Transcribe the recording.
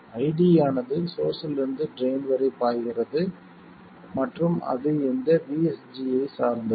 iD ஆனது சோர்ஸ்ஸிலிருந்து drain வரை பாய்கிறது மற்றும் அது இந்த vSG ஐச் சார்ந்தது